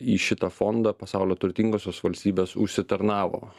į šitą fondą pasaulio turtingosios valstybės užsitarnavo